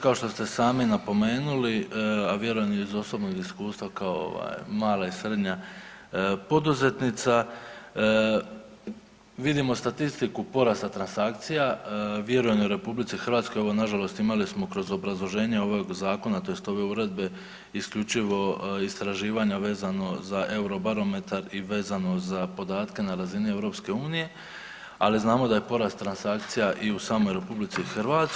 Kao što ste sami napomenuli, a vjerujem i iz osobnog iskustva kao ovaj mala i srednja poduzetnica, vidimo statistiku porasta transakcija, … [[Govornik se ne razumije]] RH evo nažalost imali smo kroz obrazloženje ovog zakona tj. ove uredbe isključivo istraživanja vezano za Eurobarometar i vezano za podatke na razini EU, ali znamo da je porast transakcija i u samoj RH.